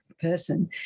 person